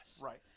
Right